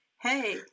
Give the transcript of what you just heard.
Hey